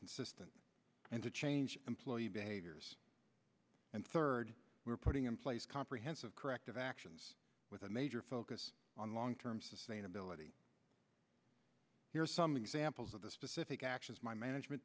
consistent and to change employee behaviors and third we're putting in place comprehensive corrective actions with a major focus on long term sustainability here's some examples of the specific actions my management